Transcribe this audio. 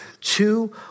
two